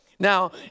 Now